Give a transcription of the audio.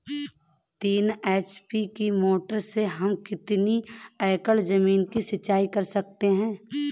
तीन एच.पी की मोटर से हम कितनी एकड़ ज़मीन की सिंचाई कर सकते हैं?